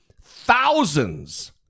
thousands